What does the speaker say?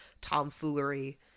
tomfoolery